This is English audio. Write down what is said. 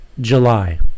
July